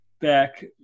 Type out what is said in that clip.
back